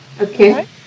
Okay